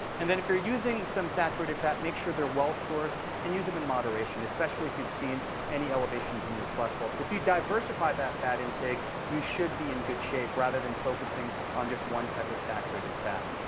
and then if you're using some saturated fat, make sure they're well-sourced. and use them in moderation, especially if you've seen any elevations in your cholesterol. so if you diversify that fat intake, you should be in good shape, rather than focusing on just one type of saturated fat.